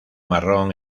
marrón